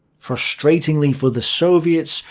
frustratingly for the soviets,